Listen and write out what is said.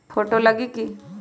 Photo लगी कि?